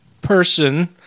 person